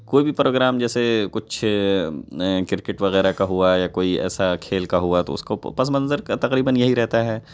کوئی بھی پروگرام جیسے کچھ کرکٹ وغیرہ کا ہوا ہے یا کوئی ایسا کھیل کا ہوا ہے تو اس کو پس منظر کا تقریباً یہی رہتا ہے